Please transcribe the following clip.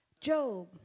Job